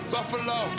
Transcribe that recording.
Buffalo